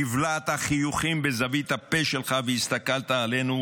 הבלעת חיוכים בזווית הפה שלך והסתכלת עלינו